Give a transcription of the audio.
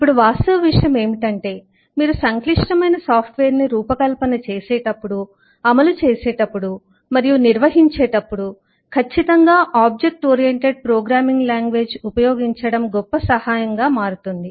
ఇప్పుడు వాస్తవ విషయం ఏమిటంటే మీరు సంక్లిష్టమైన సాఫ్ట్ వేర్ ను రూపకల్పన చేసేటప్పుడు అమలు చేసేటప్పుడు మరియు నిర్వహించేటప్పుడు ఖచ్చితంగా ఆబ్జెక్ట్ ఓరియంటెడ్ ప్రోగ్రామింగ్ లాంగ్వేజ్ ఉపయోగించడం గొప్ప సహాయం గా మారుతుంది